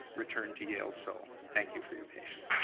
returned to yale. so thank you for your patience.